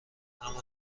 اما